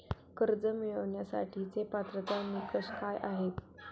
कर्ज मिळवण्यासाठीचे पात्रता निकष काय आहेत?